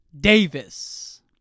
Davis